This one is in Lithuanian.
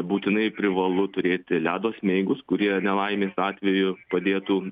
būtinai privalu turėti ledo smeigus kurie nelaimės atveju padėtų